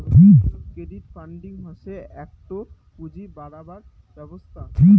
crowd funding হসে একটো পুঁজি বাড়াবার ব্যবস্থা